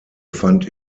fand